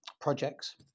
projects